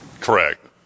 Correct